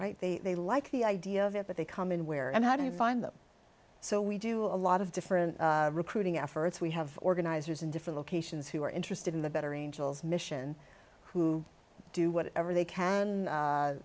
right they they like the idea of it but they come in where and how do you find them so we do a lot of different recruiting efforts we have organizers in different locations who are interested in the better angels mission who do whatever they can